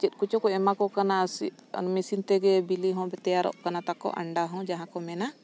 ᱪᱮᱫ ᱠᱚᱪᱚ ᱠᱚ ᱮᱢᱟᱠᱚ ᱠᱟᱱᱟ ᱢᱮᱥᱤᱱ ᱛᱮᱜᱮ ᱵᱤᱞᱤ ᱦᱚᱸ ᱛᱮᱭᱟᱨᱚᱜ ᱠᱟᱱᱟ ᱛᱟᱠᱚ ᱟᱱᱰᱟ ᱦᱚᱸ ᱡᱟᱦᱟᱸ ᱠᱚ ᱢᱮᱱᱟ